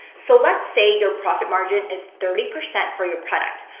so let's say your profit margin is thirty percent for your product.